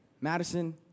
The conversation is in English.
Madison